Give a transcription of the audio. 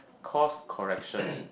course correction